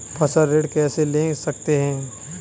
फसल ऋण कैसे ले सकते हैं?